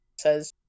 says